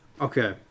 Okay